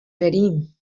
بریم